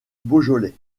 beaujolais